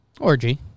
Orgy